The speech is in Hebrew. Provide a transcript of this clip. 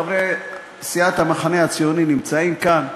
חברי סיעת המחנה הציוני נמצאים כאן,